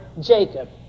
Jacob